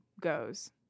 goes